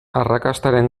arrakastaren